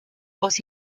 aus